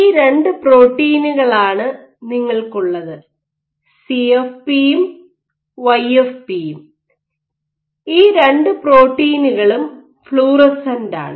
ഈ 2 പ്രോട്ടീനുകളാണ് നിങ്ങൾക്കുള്ളത് സിഎഫ്പി യും വൈഎഫ്പി യും CFP YFP ഈ 2 പ്രോട്ടീനുകളും ഫ്ലൂറസെന്റാണ്